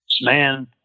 Man